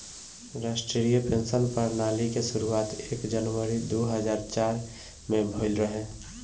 राष्ट्रीय पेंशन प्रणाली के शुरुआत एक जनवरी दू हज़ार चार में भईल रहे